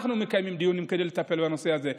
אנחנו מקיימים דיונים כדי לטפל בנושא הזה.